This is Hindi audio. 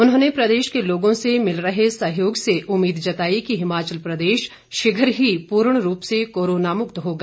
उन्होंने प्रदेश के लोगों से मिल रहे सहयोग से उम्मीद जताई कि हिमाचल प्रदेश शीघ्र ही पूर्ण रूप से कोरोना मुक्त होगा